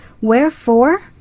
Wherefore